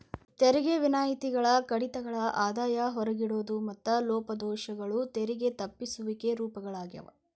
ತೆರಿಗೆ ವಿನಾಯಿತಿಗಳ ಕಡಿತಗಳ ಆದಾಯ ಹೊರಗಿಡೋದು ಮತ್ತ ಲೋಪದೋಷಗಳು ತೆರಿಗೆ ತಪ್ಪಿಸುವಿಕೆ ರೂಪಗಳಾಗ್ಯಾವ